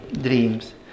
dreams